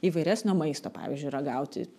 įvairesnio maisto pavyzdžiui ragauti